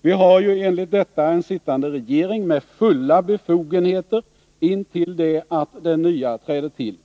Vi har ju enligt detta en sittande regering med fulla befogenheter intill dess att den nya träder till.